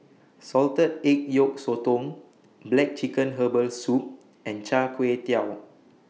Salted Egg Yolk Sotong Black Chicken Herbal Soup and Char Kway Teow